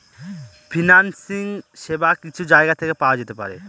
financing সেবা কিছু জায়গা থেকে পাওয়া যেতে পারে